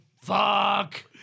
fuck